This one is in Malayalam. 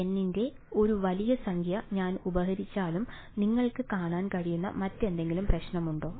N ന്റെ ഒരു വലിയ സംഖ്യ ഞാൻ പരിഹരിച്ചാലും നിങ്ങൾക്ക് കാണാൻ കഴിയുന്ന മറ്റേതെങ്കിലും പ്രശ്നമുണ്ടോ